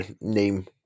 name